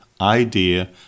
idea